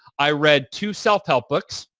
i read two self-help books.